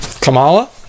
Kamala